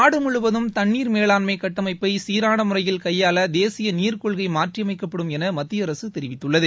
நாடு முழுவதும் தண்ணீர் மேலாண்மை கட்டமைப்பை சீரான முறையில் கையாள தேசிய நீர்க்கொள்கை மாற்றியமைக்கப்படும் என மத்திய அரசு தெரிவித்துள்ளது